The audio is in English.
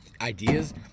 ideas